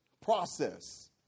process